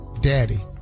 Daddy